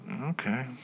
Okay